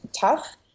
tough